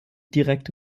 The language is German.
direkte